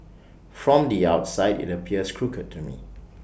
from the outside IT appears crooked to me